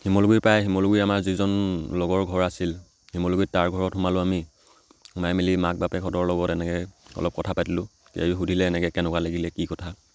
শিমলুগুৰি পায় শিমলুগুৰি আমাৰ যিজন লগৰ ঘৰ আছিল শিমলুগুৰিত তাৰ ঘৰত সোমালো আমি সোমাই মেলি মাক বাপেকহঁতৰ লগত এনেকৈ অলপ কথা পাতিলোঁ কিবা কিবি সুধিলে এনেকৈ কেনেকুৱা লাগিলে কি কথা